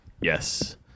Yes